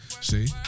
See